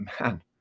man